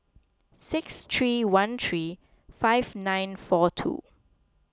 six three one three five nine four two